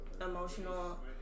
Emotional